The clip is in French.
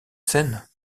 scène